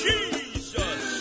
Jesus